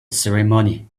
ceremony